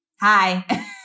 Hi